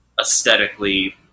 aesthetically